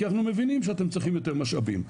כי אנחנו מבינים שאתם צריכים יותר משאבים,